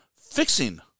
fixing